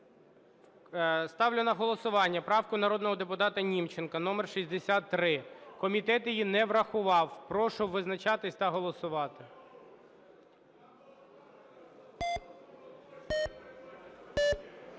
Ставлю на голосування правку народного депутата Німченка номер 63. Комітет її не врахував. Прошу визначатись та голосувати.